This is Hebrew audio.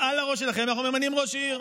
על הראש שלכם אנחנו ממנים ראש עיר,